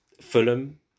Fulham